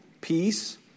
peace